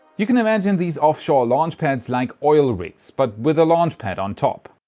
you can imagine these offshore launch pads like oil rigs but with a launch pad on top.